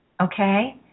okay